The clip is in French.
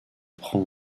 prend